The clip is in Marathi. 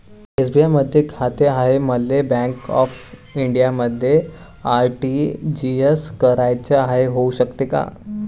एस.बी.आय मधी खाते हाय, मले बँक ऑफ इंडियामध्ये आर.टी.जी.एस कराच हाय, होऊ शकते का?